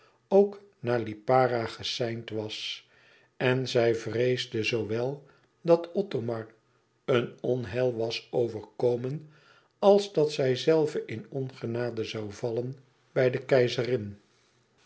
ook naar lipara geseind was en zij vreesde zoowel dat othomar een onheil was overkomen als dat zijzelve in ongenade zoû vallen bij de keizerin